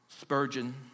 Spurgeon